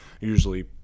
usually